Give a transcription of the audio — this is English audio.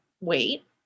wait